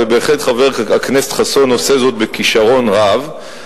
ובהחלט חבר הכנסת חסון עושה זאת בכשרון רב,